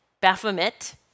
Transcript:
Baphomet